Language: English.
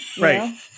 Right